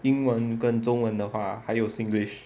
英文跟中文的话还有 singlish